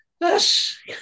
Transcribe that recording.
yes